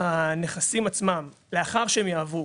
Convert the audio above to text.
הנכסים עצמם, לאחר שהם יעברו